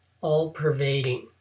all-pervading